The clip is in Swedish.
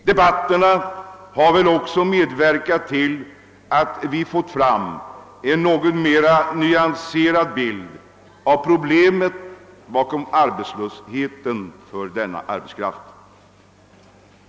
Debatterna har väl medverkat till att vi fått en något mera nyanserad bild av problemen bakom arbetslösheten för denna arbetskraft.